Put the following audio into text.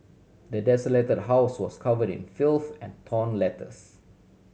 the desolated house was covered in filth and torn letters